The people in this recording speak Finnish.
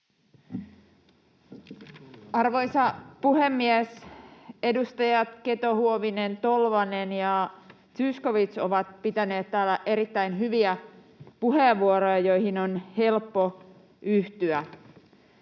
Arvoisa puhemies! Edustajat Keto-Huovinen, Tolvanen ja Zyskowicz ovat pitäneet täällä erittäin hyviä puheenvuoroja, joihin on helppo yhtyä.